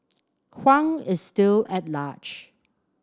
Huang is still at large